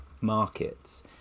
markets